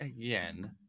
again